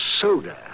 soda